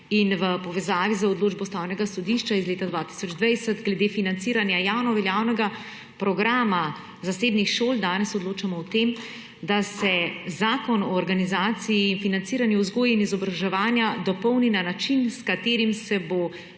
in v povezavi z odločbo Ustavnega sodišča iz 2020 glede financiranja javno veljavnega programa zasebnih šol danes odločamo o tem, da se Zakon o organizaciji in financiranju vzgoj in izobraževanja dopolni na način, s katerim se bo